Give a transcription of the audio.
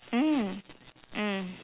mm mm